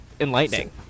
enlightening